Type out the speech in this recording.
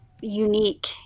unique